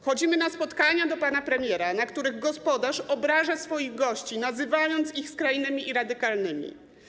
Chodzimy na spotkania do pana premiera, na których gospodarz obraża swoich gości, nazywając ich skrajnymi i radykalnymi.